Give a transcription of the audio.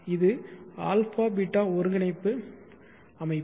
இது αβ ஒருங்கிணைப்பு அமைப்பு